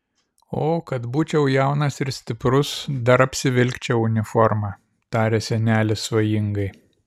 o kad būčiau jaunas ir stiprus dar apsivilkčiau uniformą tarė senelis svajingai